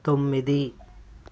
తొమ్మిది